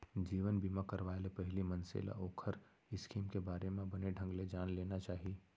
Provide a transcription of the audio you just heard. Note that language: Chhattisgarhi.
जीवन बीमा करवाय ले पहिली मनसे ल ओखर स्कीम के बारे म बने ढंग ले जान लेना चाही